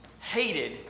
hated